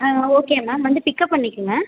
ஆ okay ma'am வந்து pickup பண்ணிக்கங்க